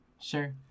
sure